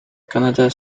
canada